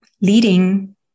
leading